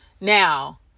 Now